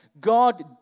God